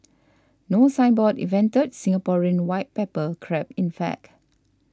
No Signboard invented Singaporean white pepper crab in fact